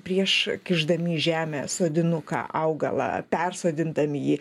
prieš kišdami į žemę sodinuką augalą persodindami jį